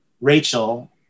rachel